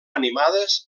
animades